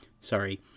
Sorry